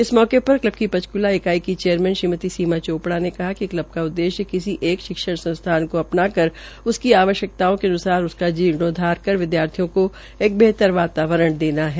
इस अवसर पर कलब की पंचकूला इकाई की चेयरमैन श्रीमति सीमा चोपड़ा ने कहा कि इनर व्हील क्लब का उद्देश्य किसी एक शिक्षण संस्थान को अपनाकर उसकी आवश्यकताओं के अन्सार उसका जीर्णोदार करके विद्यार्थियों को एक बेहतर वातावरण प्रदान करना है